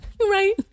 right